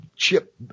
Chip